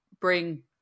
bring